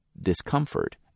Discomfort